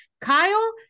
Kyle